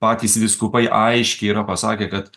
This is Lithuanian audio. patys vyskupai aiškiai yra pasakę kad